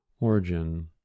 Origin